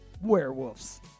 werewolves